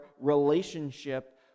relationship